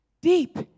deep